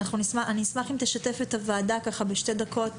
אני אשמח אם תשתף את הוועדה בשתי דקות